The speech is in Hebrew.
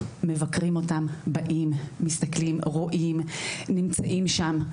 מבקרים אותם, באים, מסתכלים, רואים, נמצאים שם.